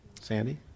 Sandy